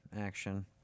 action